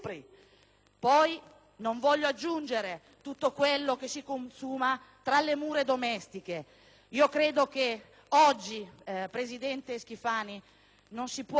Non voglio poi aggiungere tutto quello che si consuma tra le mura domestiche. Credo che oggi, presidente Schifani, non si possano